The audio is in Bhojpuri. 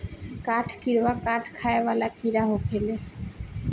काठ किड़वा काठ खाए वाला कीड़ा होखेले